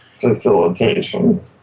facilitation